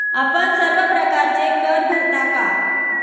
आपण सर्व प्रकारचे कर भरता का?